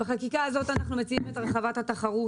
אנחנו מציעים את הרחבת התחרות,